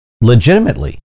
legitimately